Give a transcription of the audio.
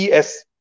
PS